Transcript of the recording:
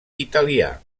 italià